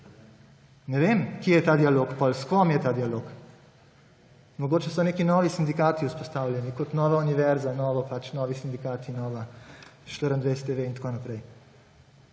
Ne vem, kje je ta dialog potem, s kom je ta dialog. Mogoče so neki novi sindikati vzpostavljeni, kot Nova univerza, pač novi sindikati, Nova24TV in tako naprej.